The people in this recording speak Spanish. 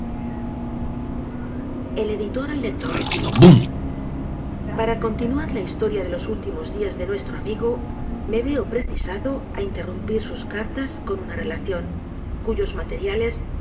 marcharme de aquí para continuar la historia de los últimos días de nuestro amigo me veo precisado á interrumpir sus cartas con una relación cuyos materiales